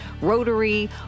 rotary